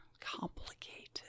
complicated